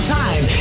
time